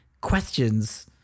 questions